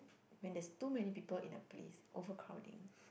when there's too many people in a place overcrowding